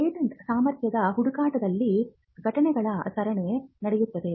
patent ಸಾಮರ್ಥ್ಯದ ಹುಡುಕಾಟದಲ್ಲಿ ಘಟನೆಗಳ ಸರಣಿ ನಡೆಯುತ್ತದೆ